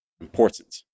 important